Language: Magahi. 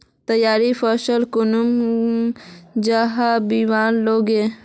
तैयार फसल कुन जगहत बिकवा लगे?